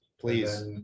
please